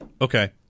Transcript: Okay